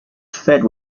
fed